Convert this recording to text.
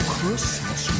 Christmas